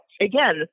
Again